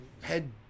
Head